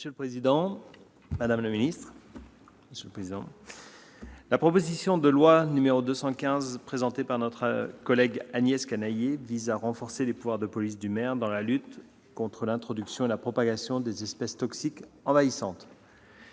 Monsieur le président, madame la secrétaire d'État, mes chers collègues, la proposition de loi n° 215, présentée par notre collègue Agnès Canayer, vise à renforcer les pouvoirs de police du maire dans la lutte contre l'introduction et la propagation des espèces toxiques envahissantes.